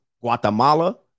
Guatemala